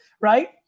right